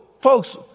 folks